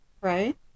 right